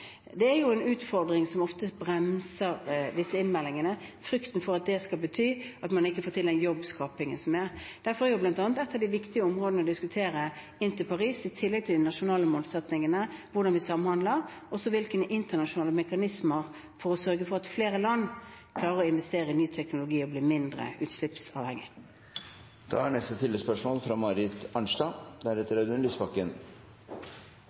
Det er en utfordring som ofte bremser disse innmeldingene – frykten for at det skal bety at man ikke får til jobbskaping. Derfor er bl.a. et av de viktige områdene å diskutere inn mot Paris-møtet, i tillegg til de nasjonale målsettingene, hvordan vi samhandler, og også hvilke internasjonale mekanismer som skal sørge for at flere land klarer å investere i ny teknologi og bli mindre utslippsavhengig. Marit Arnstad – til oppfølgingsspørsmål. Det er